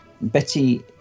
Betty